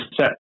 set